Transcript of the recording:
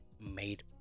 made